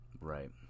right